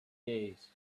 days